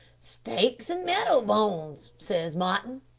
steaks an marrow-bones says martin.